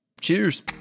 Cheers